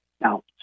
Now